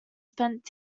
spent